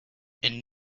and